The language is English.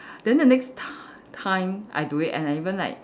then the next ti~ time I do it and I even like